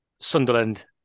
Sunderland